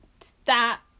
Stop